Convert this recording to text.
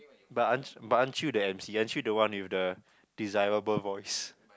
but aren't but aren't you the emcee aren't you the one with the desirable voice